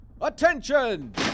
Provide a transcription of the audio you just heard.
Attention